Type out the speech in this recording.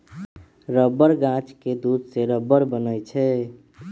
rubber गाछ के दूध से रबर बनै छै